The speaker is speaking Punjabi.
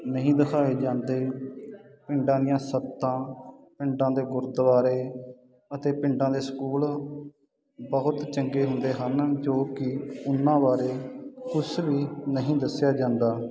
ਨਹੀਂ ਦਿਖਾਏ ਜਾਂਦੇ ਪਿੰਡਾਂ ਦੀਆਂ ਸੱਥਾਂ ਪਿੰਡਾਂ ਦੇ ਗੁਰਦੁਆਰੇ ਅਤੇ ਪਿੰਡਾਂ ਦੇ ਸਕੂਲ ਬਹੁਤ ਚੰਗੇ ਹੁੰਦੇ ਹਨ ਜੋ ਕਿ ਉਹਨਾਂ ਬਾਰੇ ਕੁਛ ਵੀ ਨਹੀਂ ਦੱਸਿਆ ਜਾਂਦਾ